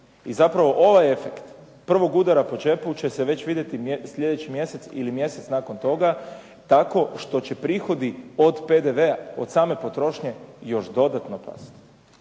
I zapravo ovaj efekt prvog udara po džepu će se već vidjeti sljedeći mjesec ili mjesec nakon toga, tako što će prihodi od PDV-a od same potrošnje još dodatno pasti.